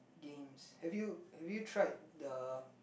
games have you have you tried the